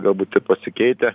galbūt ir pasikeitę